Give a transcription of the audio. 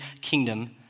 kingdom